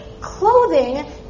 clothing